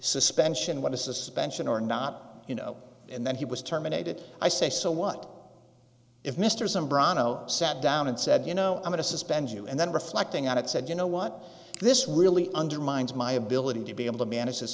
suspension what a suspension or not you know and then he was terminated i say so what if mr some bronco sat down and said you know i'm going to suspend you and then reflecting on it said you know what this really undermines my ability to be able to manage this